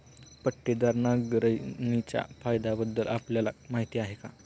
पट्टीदार नांगरणीच्या फायद्यांबद्दल आपल्याला माहिती आहे का?